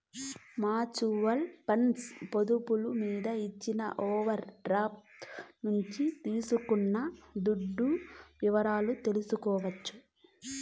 mutual funds పొదుపులు మీద ఇచ్చిన ఓవర్ డ్రాఫ్టు నుంచి తీసుకున్న దుడ్డు వివరాలు తెల్సుకోవచ్చు